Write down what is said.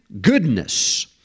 goodness